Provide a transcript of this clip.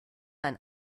ein